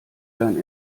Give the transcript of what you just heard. dein